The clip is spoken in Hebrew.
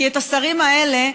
כי את השרים האלה,